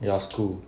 your school